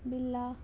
बिल्ला